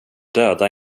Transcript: döda